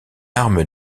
arme